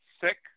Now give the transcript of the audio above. sick